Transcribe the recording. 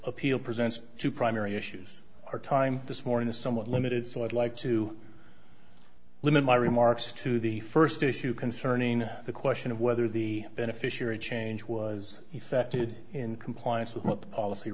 appeal presents two primary issues our time this morning is somewhat limited so i'd like to limit my remarks to the first issue concerning the question of whether the beneficiary change was effected in compliance with the policy